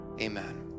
Amen